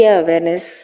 awareness